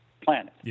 planet